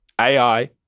AI